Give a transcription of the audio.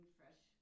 fresh